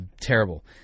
terrible